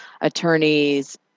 attorneys